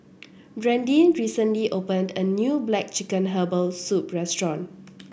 Brandyn recently opened a new black chicken Herbal Soup restaurant